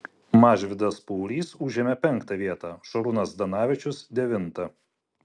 mažvydas paurys užėmė penktą vietą šarūnas zdanavičius devintą